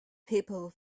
people